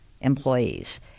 employees